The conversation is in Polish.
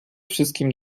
wszystkim